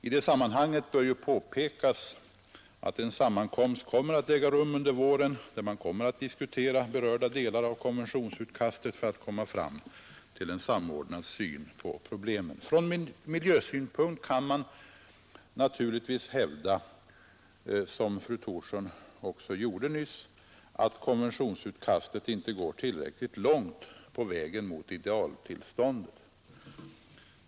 I det sammanhanget bör påpekas att en sammankomst skall äga rum under våren, där man kommer att diskutera berörda delar av konventionsutkastet för att komma fram till en samordnad syn på problemen. Från miljösynpunkt kan man naturligtvis hävda, som fru Thorsson också gjorde nyss, att konventionsutkastet inte går tillräckligt långt på vägen mot idealtillståndet.